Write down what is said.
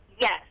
Yes